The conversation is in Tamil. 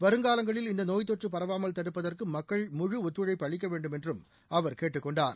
வருங்காலங்களில் இந்த நோய்த்தொற்று பரவாமல் தடுப்பதற்கு மக்கள் முழு ஒத்துழைப்பு அளிக்க வேண்டுமென்றும் அவர் கேட்டுக் கொண்டார்